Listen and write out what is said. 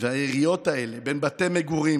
היריות האלה הן בין בתי מגורים.